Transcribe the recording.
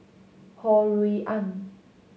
Ho Rui An